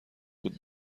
بود